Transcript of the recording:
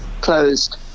closed